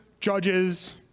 judges